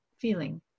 feeling